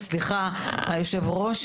סליחה היו"ר,